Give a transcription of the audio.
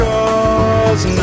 Cause